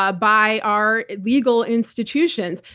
ah by our legal institutions.